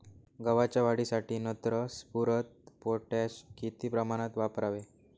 गव्हाच्या वाढीसाठी नत्र, स्फुरद, पोटॅश किती प्रमाणात वापरावे?